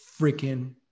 freaking